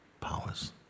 powers